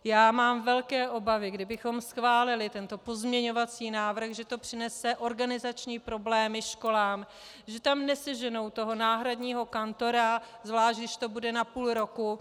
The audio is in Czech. Já mám velké obavy, kdybychom schválili tento pozměňovací návrh, že to přinese organizační problémy školám, že neseženou toho náhradního kantora, zvlášť když to bude na půl roku.